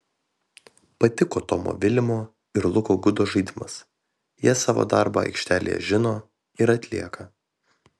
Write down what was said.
patiko tomo vilimo ir luko gudo žaidimas jie savo darbą aikštelėje žino ir atlieka